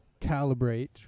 calibrate